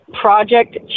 project